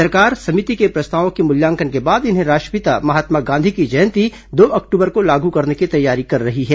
सरकार समिति के प्रस्तावों के मूल्यांकन के बाद इन्हें राष्ट्रपिता महात्मा गांधी की जयंती दो अक्टूबर को लागू करने की तैयारी कर रही है